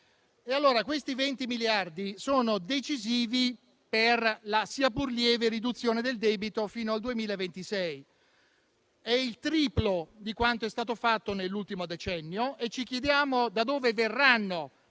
Questi 20 miliardi sono decisivi per la sia pur lieve riduzione del debito fino al 2026. È il triplo di quanto è stato fatto nell'ultimo decennio e ci chiediamo da dove verranno